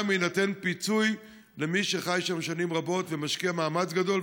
יינתן פיצוי למי שחי שם שנים רבות ומשקיע מאמץ גדול,